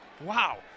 Wow